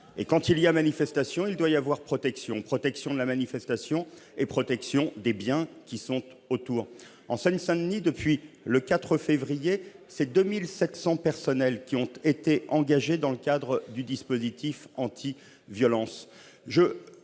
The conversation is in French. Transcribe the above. En cas de manifestation, il doit y avoir protection, protection de la manifestation et des biens aux abords. En Seine-Saint-Denis, depuis le 4 février, ce sont 2 700 personnels qui ont été engagés dans le cadre du dispositif anti-violence.